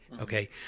okay